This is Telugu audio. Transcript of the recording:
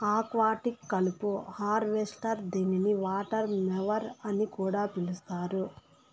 ఆక్వాటిక్ కలుపు హార్వెస్టర్ దీనిని వాటర్ మొవర్ అని కూడా పిలుస్తారు